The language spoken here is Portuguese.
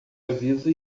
aviso